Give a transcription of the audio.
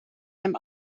einem